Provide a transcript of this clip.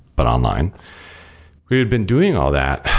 but online. we had been doing all that.